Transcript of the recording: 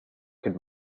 could